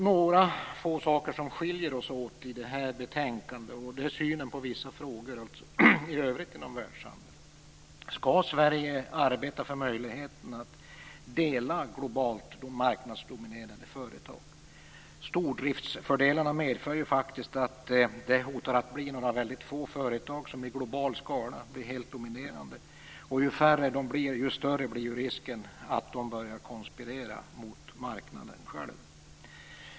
Något som skiljer oss åt i det här betänkandet är bl.a. vår syn på vissa frågor inom världshandeln i övrigt. Skall Sverige arbeta för möjligheterna att dela globalt marknadsdominerande företag? Stordriftsfördelarna medför faktiskt att några mycket få företag i global skala hotar att bli helt dominerande. Ju färre de blir, desto större blir risken för att de börjar konspirera mot marknaden själv.